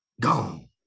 Gone